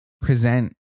present